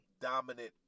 dominant